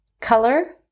color